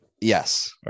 Yes